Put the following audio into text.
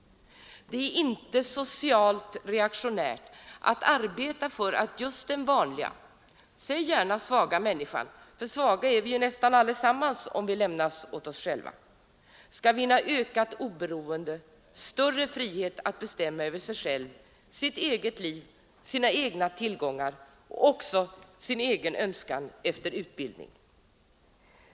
Det är inte socialt reaktionärt att arbeta för att just den vanliga, säg gärna svaga människan — svaga är vi ju nästan allesammans, om vi lämnas åt oss själva — skall vinna ökat oberoende, större frihet att bestämma över sig själv, sitt eget liv och sina egna tillgångar och också sin egen önskan om utbildning.